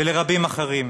ולרבים אחרים.